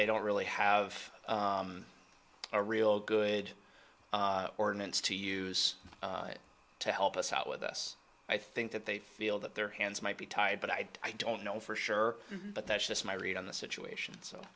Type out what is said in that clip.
they don't really have a real good ordinance to use to help us out with us i think that they feel that their hands might be tied but i don't know for sure but that's just my read on the situation so